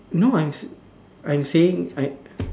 no I'm s~ I'm saying I